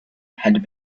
had